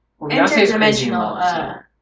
interdimensional